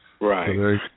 right